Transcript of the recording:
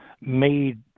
made